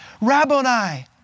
Rabboni